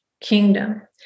kingdom